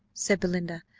said belinda.